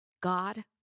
God